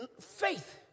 faith